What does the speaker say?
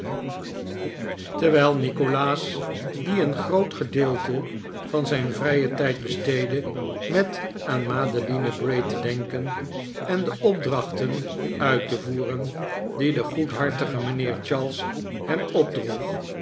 terwijl nikolaas die een groot gedeelte van zijn vrijen tijd besteedde met aan madeline bray te denken en de opdrachten uit te voeren die de goedhartige mijnheer charles hem opdroeg